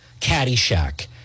Caddyshack